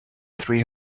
three